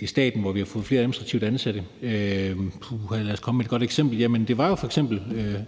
i staten, hvor vi har fået flere administrative ansatte. Lad mig komme med et godt eksempel. I f.eks.